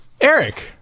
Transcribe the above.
Eric